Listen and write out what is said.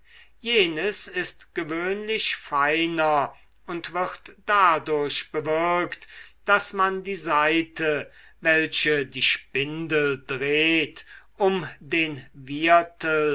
jenes ist gewöhnlich feiner und wird dadurch bewirkt daß man die saite welche die spindel dreht um den